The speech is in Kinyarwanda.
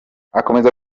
akomeza